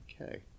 Okay